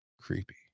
creepy